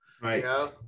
right